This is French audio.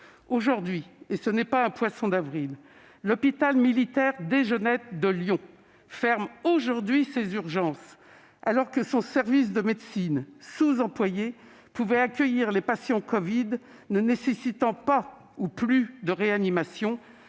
Aujourd'hui même- ce n'est pas un poisson d'avril !-, l'hôpital militaire Desgenettes de Lyon ferme ses urgences alors que son service de médecine, sous-employé, pouvait accueillir les patients covid ne nécessitant pas ou plus de réanimation,